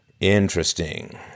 Interesting